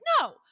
no